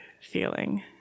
feeling